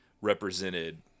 represented